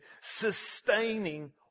sustaining